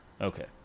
Okay